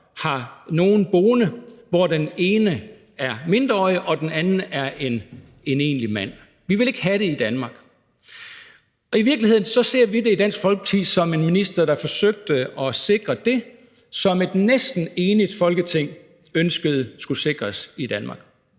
har nogen boende, hvor den ene er mindreårig og den anden en egentlig mand. Vi vil ikke have det i Danmark. I virkeligheden ser vi det i Dansk Folkeparti som en minister, der forsøgte at sikre det, som et næsten enigt Folketing ønskede skulle sikres i Danmark.